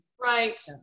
Right